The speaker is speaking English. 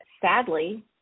Sadly